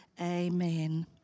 Amen